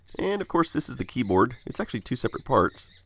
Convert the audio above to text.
and of course, this is the keyboard, it's actually two separate parts.